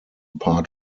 part